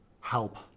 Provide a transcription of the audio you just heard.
help